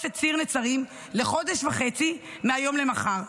את ציר נצרים לחודש וחצי מהיום למחר,